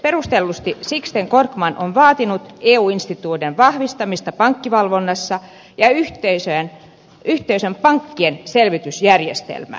perustellusti sixten korkman on vaatinut eu instituutioiden vahvistamista pankkivalvonnassa ja yhteisön pankkien selvitysjärjestelmää